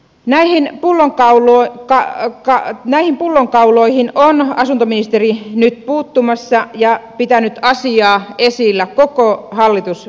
minne juna ja leppää ja näihin pullonkauloihin on asuntoministeri nyt puuttumassa ja pitänyt asiaa esillä koko hallituskauden ajan